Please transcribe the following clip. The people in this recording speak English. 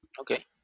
Okay